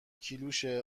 کیلوشه